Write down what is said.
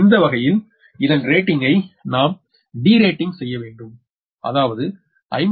இந்த வகையில் இதன் ரேட்டிங் ஐ நாம் டிரேட்டிங் செய்ய வேண்டும் அதாவது 57